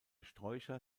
sträucher